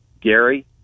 Gary